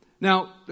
Now